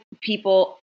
people